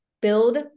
build